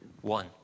one